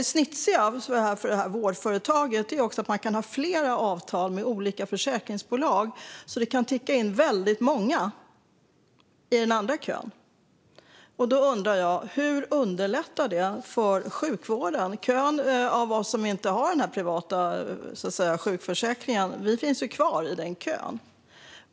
Det snitsiga för vårdföretaget är att man kan ha flera avtal med olika försäkringsbolag. Det kan alltså ticka in väldigt många i den andra kön. Jag undrar hur det här underlättar för sjukvården. Vi som inte har den privata sjukförsäkringen finns ju kvar i kön.